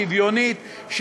שוויונית,